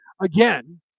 Again